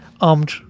armed